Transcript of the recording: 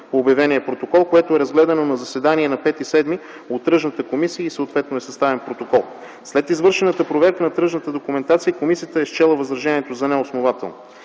по обявения протокол, което е разгледано на заседание на 05.07. от тръжната комисия и съответно е съставен протокол. След извършената проверка на тръжната документация комисията е счела възражението за неоснователно.